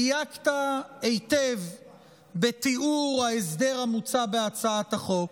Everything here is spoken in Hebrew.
דייקת היטב בתיאור ההסדר המוצע בהצעת החוק,